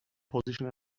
position